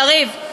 יריב,